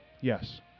Yes